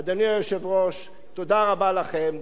אדוני היושב-ראש, תודה רבה לכם,